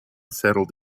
settled